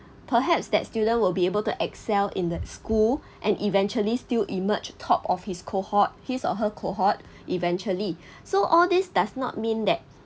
perhaps that student will be able to excel in the school and eventually still emerged top of his cohort his or her cohort eventually so all this does not mean that